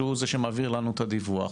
שהוא זה שמעביר לנו את הדיווח,